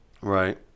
Right